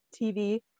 tv